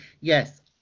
Yes